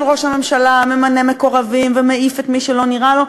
שראש הממשלה ממנה מקורבים ומעיף את מי שלא נראה לו,